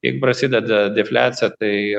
tik prasideda defliacija tai